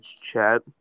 chat